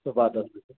सुबह दस बजे